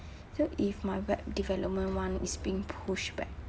so if my web development one is being pushed back